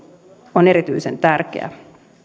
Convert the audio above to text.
on erityisen tärkeä